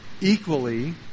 equally